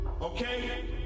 Okay